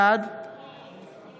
בעד דסטה